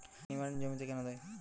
নিমারিন জমিতে কেন দেয়?